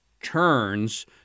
turns